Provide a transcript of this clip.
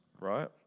right